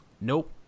Nope